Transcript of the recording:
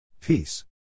Peace